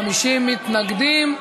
50 מתנגדים.